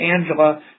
Angela